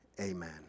amen